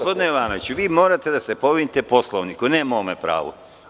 Gospodine Jovanoviću, vi morate da se povinujete Poslovniku, ne mome pravu.